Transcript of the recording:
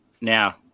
Now